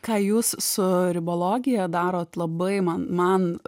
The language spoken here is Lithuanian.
ką jūs su ribologija darot labai man man